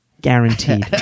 Guaranteed